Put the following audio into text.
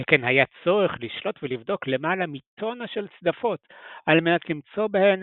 שכן היה צורך לשלות ולבדוק למעלה מטונה של צדפות על מנת למצוא בהן